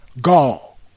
gall